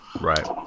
Right